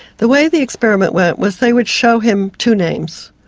the way the experiment went was they would show him two names,